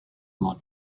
more